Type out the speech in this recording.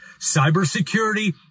cybersecurity